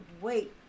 wait